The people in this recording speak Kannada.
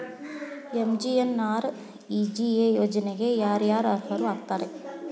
ಎಂ.ಜಿ.ಎನ್.ಆರ್.ಇ.ಜಿ.ಎ ಯೋಜನೆಗೆ ಯಾರ ಯಾರು ಅರ್ಹರು ಆಗ್ತಾರ?